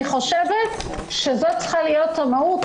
אני חושבת שזאת צריכה להיות המהות,